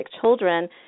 children